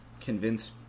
convince